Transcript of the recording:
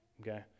Okay